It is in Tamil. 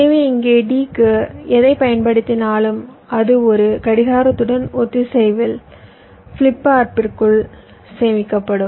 எனவே இங்கே D க்கு எதைப் பயன்படுத்தினாலும் அது ஒரு கடிகாரத்துடன் ஒத்திசைவில் ஃபிளிப் ஃப்ளாப்பிற்குள் சேமிக்கப்படும்